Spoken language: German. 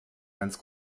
ganz